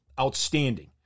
Outstanding